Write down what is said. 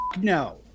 no